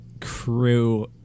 crew